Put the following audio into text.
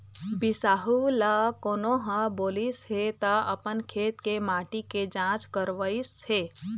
बिसाहू ल कोनो ह बोलिस हे त अपन खेत के माटी के जाँच करवइस हे